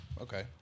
Okay